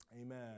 Amen